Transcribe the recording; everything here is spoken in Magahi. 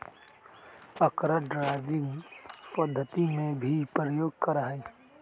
अकरा ड्राइविंग पद्धति में भी प्रयोग करा हई